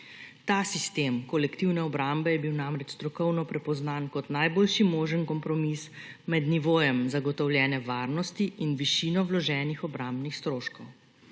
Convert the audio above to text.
Ta sistem kolektivne obrambe je bil namreč strokovno prepoznan kot najboljši možen kompromis med nivojem zagotovljene varnosti in višino vloženih obrambnih stroškov.